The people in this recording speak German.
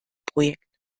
projekt